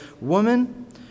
Woman